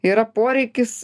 yra poreikis